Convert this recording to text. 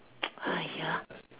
!aiya!